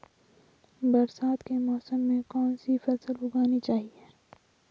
बरसात के मौसम में कौन सी फसल उगानी चाहिए?